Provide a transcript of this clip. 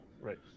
right